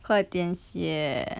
快点写